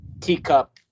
teacup